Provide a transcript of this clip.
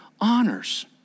honors